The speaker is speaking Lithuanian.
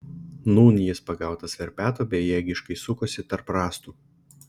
nūn jis pagautas verpeto bejėgiškai sukosi tarp rąstų